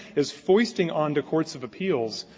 is foisting onto courts of appeals,